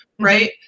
right